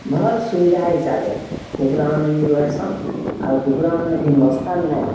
ଭଲ୍ ସୁବିଧା ହିସାବେ କୁକୁରା ମାନେ ବି ରହେସନ୍ ଆଉ କୁକୁରା ମାନେ ଭି ନକସାନ୍ ନାଇଁ ହଅନ୍